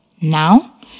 Now